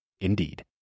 Indeed